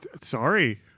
Sorry